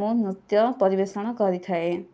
ମୁଁ ନୃତ୍ୟ ପରିବେଷଣ କରିଥାଏ